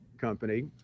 company